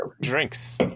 Drinks